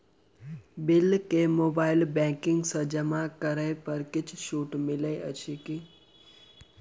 Bill केँ mobile banking सँ जमा करै पर किछ छुटो मिलैत अछि की?